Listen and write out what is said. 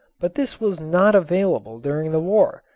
but this was not available during the war,